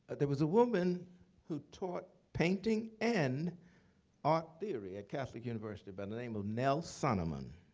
there was a woman who taught painting and art theory at catholic university, by the name of nell sonnemann.